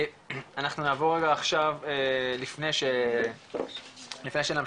אנחנו נעבור עכשיו לפני שנמשיך,